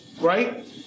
right